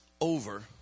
over